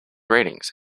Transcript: ratings